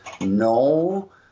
no